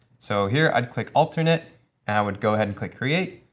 so here, i'd click alternate, and i would go ahead and click create.